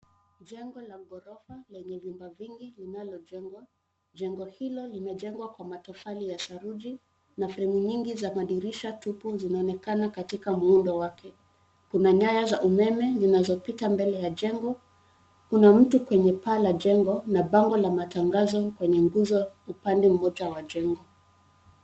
Jengo la ghorofa lenye vyumba vingi linalojengwa. Jengo hilo limejengwa na matofali ya saruji na sehemu nyingi za madirisha tupu zinaonekana katika muundo wake. Kuna nyaya za umeme zinazopita mbele ya jengo. Kuna mtu kwenye paa ya jengo na bango la matangazo kwenye nguzo upande mmoja wa jengo.